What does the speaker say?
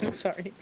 and sorry.